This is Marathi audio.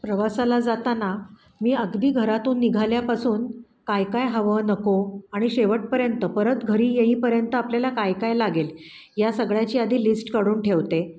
प्रवासाला जाताना मी अगदी घरातून निघाल्यापासून काय काय हवं नको आणि शेवटपर्यंत परत घरी येईपर्यंत आपल्याला काय काय लागेल या सगळ्याची आधी लिस्ट काढून ठेवते